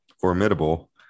formidable